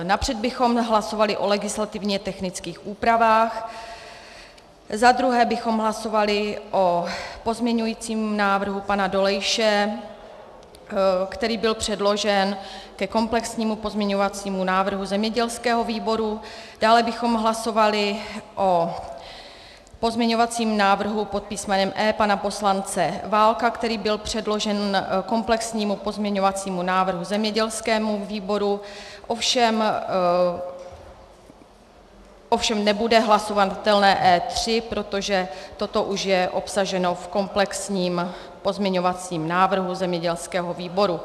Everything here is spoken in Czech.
Napřed bychom hlasovali o legislativně technických úpravách, za druhé bychom hlasovali o pozměňujícím návrhu pana Dolejše, který byl předložen ke komplexnímu pozměňovacímu návrhu zemědělského výboru, dále bychom hlasovali o pozměňovacím návrhu pod písmenem E pana poslance Válka, který byl předložen ke komplexnímu pozměňovacímu návrhu zemědělského výboru, ovšem nebude hlasovatelné E3, protože toto už je obsaženo v komplexním pozměňovacím návrhu zemědělského výboru.